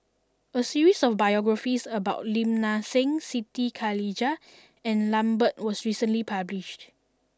a series of biographies about Lim Nang Seng Siti Khalijah and Lambert was recently published